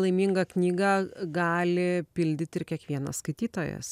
laimingą knygą gali pildyt ir kiekvienas skaitytojas